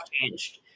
changed